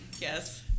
Yes